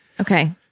Okay